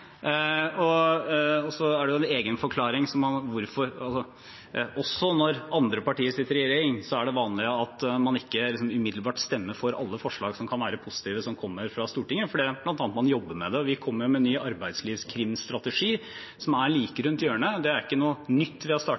Så er det en egen forklaring på hvorfor. Også når andre partier sitter i regjering, er det vanlig at man ikke umiddelbart stemmer for alle forslag som kommer fra Stortinget som kan være positive, bl.a. fordi man jobber med det. Vi kommer med ny arbeidslivskrimstrategi, den er like rundt hjørnet. Det er ikke noe nytt